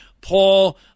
Paul